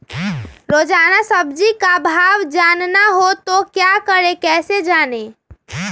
रोजाना सब्जी का भाव जानना हो तो क्या करें कैसे जाने?